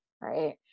right